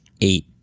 eight